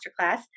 Masterclass